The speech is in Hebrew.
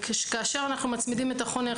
וכאשר אנחנו מצמידים את החונך,